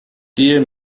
dear